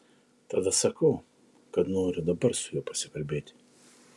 tada sakau kad noriu dabar su juo pasikalbėti